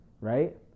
Right